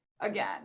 again